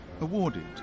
awarded